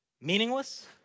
Meaningless